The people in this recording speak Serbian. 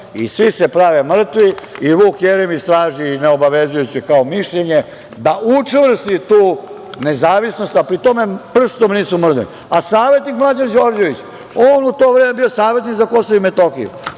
Svi se prave mrtvi i Vuk Jeremić traži neobavezujuće kao mišljenje, da učvrsti tu nezavisnost, a pri tome prstom nisu mrdnuli. Savetnik Mlađan Đorđević, on je u to vreme bio savetnik za Kosovo i Metohiju,